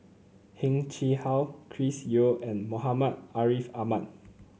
Heng Chee How Chris Yeo and Muhammad Ariff Ahmad